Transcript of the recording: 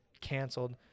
canceled